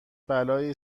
بلایی